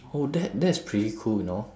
oh that that's pretty cool you know